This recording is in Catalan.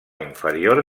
inferior